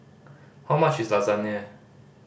how much is Lasagne